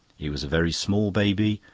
he was a very small baby,